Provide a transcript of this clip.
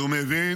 לך מפה.